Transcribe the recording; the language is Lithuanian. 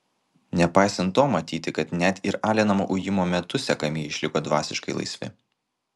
nepaisant to matyti kad net ir alinamo ujimo metu sekamieji išliko dvasiškai laisvi